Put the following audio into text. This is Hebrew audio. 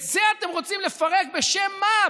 את זה אתם רוצים לפרק, בשם מה?